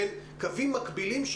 קווים מקבילים,